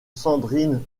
sandrine